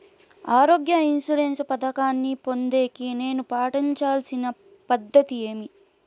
ఆరోగ్య ఇన్సూరెన్సు పథకాన్ని పొందేకి నేను పాటించాల్సిన పద్ధతి ఏమి?